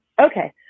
Okay